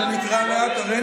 שאני אקרא לאט.